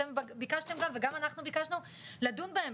אתם ביקשתם גם וגם אנחנו ביקשנו לדון בהם.